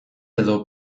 edo